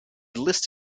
list